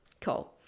Cool